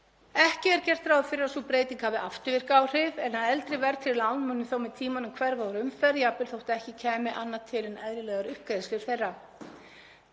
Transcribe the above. Ekki er gert ráð fyrir að sú breyting hafi afturvirk áhrif en að eldri verðtryggð lán muni þó með tímanum hverfa úr umferð jafnvel þótt ekki kæmi annað til en eðlilegar uppgreiðslur þeirra.